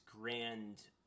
grand